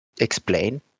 explain